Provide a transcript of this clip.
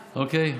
אדוני?